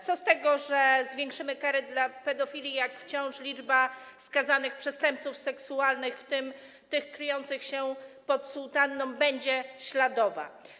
Co z tego, że zwiększymy kary dla pedofili, jak wciąż liczba skazanych przestępców seksualnych, w tym tych kryjących się pod sutanną, będzie śladowa.